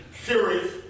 series